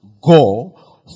go